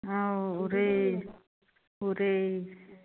ꯑꯥꯎ ꯎꯔꯦ ꯎꯔꯦ